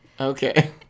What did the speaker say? Okay